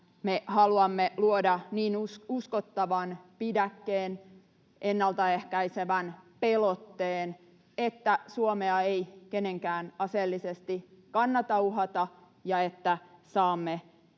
me haluamme luoda niin uskottavan pidäkkeen, ennaltaehkäisevän pelotteen, että Suomea ei kenenkään aseellisesti kannata uhata ja että saamme elää